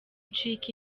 ncika